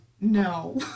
no